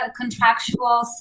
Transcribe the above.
contractual